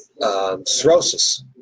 cirrhosis